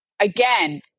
again